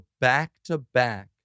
back-to-back